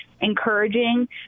encouraging